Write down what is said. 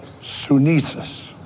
Sunesis